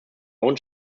own